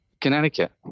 Connecticut